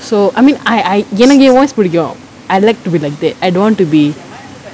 so I mean I I எனக்கு:enakku eh voice புடிக்கும்:pudikum I like to be like that I don't want to be